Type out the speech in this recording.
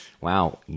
wow